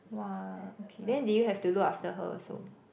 !wah! okay then did you have to look after her also